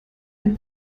ein